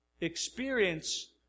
experience